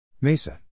MESA